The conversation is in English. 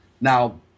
Now